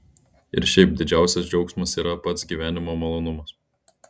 ir šiaip didžiausias džiaugsmas yra pats gyvenimo malonumas